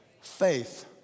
Faith